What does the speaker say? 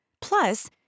Plus